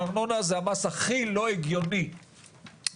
הארנונה זה המס הכי לא הגיוני שיש.